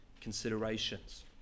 considerations